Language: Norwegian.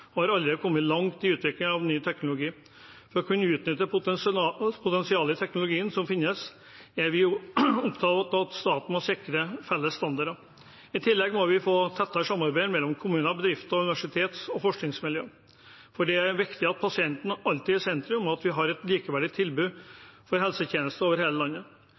og har allerede kommet langt i utviklingen av ny teknologi. For å utnytte potensialet som finnes i teknologien, er vi opptatt av at staten må sikre felles standarder. I tillegg må vi få et tettere samarbeid mellom kommuner, bedrifter, universiteter og forskningsmiljøer. Det er viktig at pasienten alltid er i sentrum, og at vi har et likeverdig tilbud av helsetjenester over hele landet.